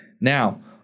Now